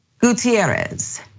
Gutierrez